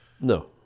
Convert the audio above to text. no